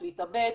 'להתאבד',